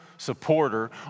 Supporter